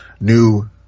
new